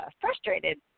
frustrated